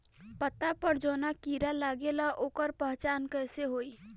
पत्ता पर जौन कीड़ा लागेला ओकर पहचान कैसे होई?